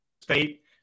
State